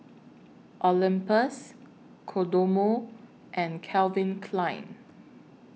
Olympus Kodomo and Calvin Klein